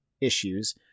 issues